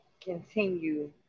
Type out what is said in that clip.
continue